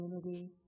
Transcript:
community